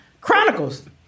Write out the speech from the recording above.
Chronicles